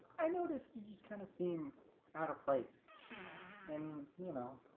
i noticed you just kind of seem out of place and you know.